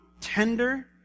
tender